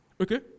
Okay